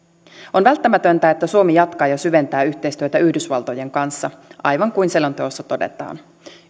on välttämätöntä että suomi jatkaa ja syventää yhteistyötä yhdysvaltojen kanssa aivan kuin selonteossa todetaan